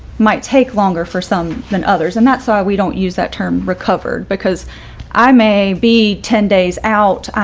might take longer for some than others and that saw we don't use that term recovered because i may be ten days out.